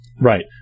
Right